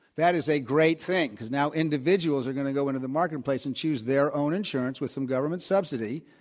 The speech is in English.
that is a great thing because now individuals are going to go into the marketplace and choose their own insurance with some government subsidy.